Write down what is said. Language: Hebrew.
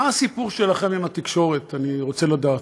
מה הסיפור שלכם עם התקשורת, אני רוצה לדעת.